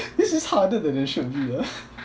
this is harder than it should be ah